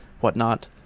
whatnot